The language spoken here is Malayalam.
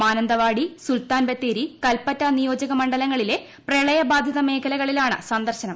മാനന്തവാടി സുൽത്താൻബത്തേരി കൽപ്പറ്റ നിയോജകമണ്ഡലങ്ങളിലെ പ്രളയബാധിത സ്ഥലങ്ങളിലാണ് സന്ദർശനം